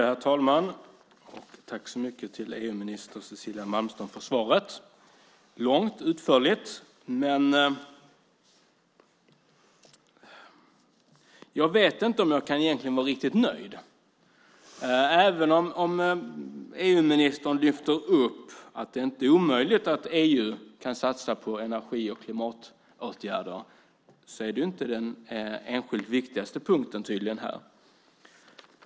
Herr talman! Tack EU-minister Cecilia Malmström för svaret! Det var långt och utförligt, men jag vet inte om jag egentligen kan vara riktigt nöjd. Även om EU-ministern lyfter fram att det inte är omöjligt att EU kan satsa på energi och klimatåtgärder är det tydligen inte den enskilt viktigaste punkten här.